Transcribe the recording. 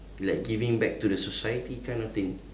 like giving back to the society kind of thing